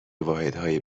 واحدهای